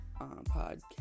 podcast